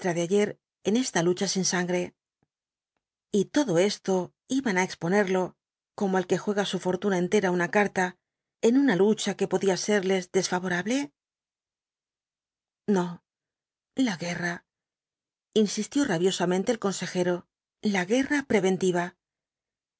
de ayer en esta lucha sin sangre y todo esto iban á exponerlo como el que juega su fortuna entera á una carta en una lucha que podía serles desfavorable v btulsoo ibáñbz no la guerra insistió rabiosamente el consejero la guerra preventiva